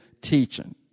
teaching